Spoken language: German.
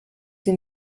sie